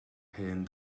hen